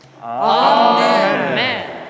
Amen